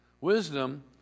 Wisdom